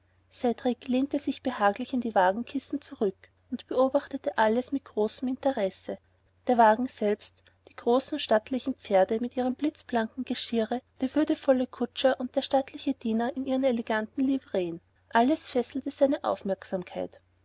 lehnte sich behaglich in die wagenkissen zurück und beobachtete alles mit großem interesse der wagen selbst die großen stattlichen pferde mit ihrem blitzblanken geschirre der würdevolle kutscher und der stattliche diener in ihren eleganten livreen alles fesselte seine aufmerksamkeit